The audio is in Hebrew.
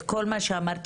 כל מה שאמרתי,